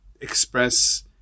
express